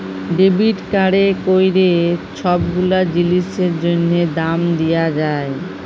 debit কাড়ে ক্যইরে ছব গুলা জিলিসের জ্যনহে দাম দিয়া যায়